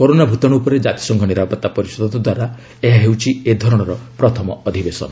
corona ଭୂତାଣୁ ଉପରେ ଜାତିସଂଘ ନିରାପତ୍ତା ପରିଷଦ ଦ୍ୱାରା ଏହା ହେଉଛି ଏ ଧରଣର ପ୍ରଥମ ଅଧିବେଶନ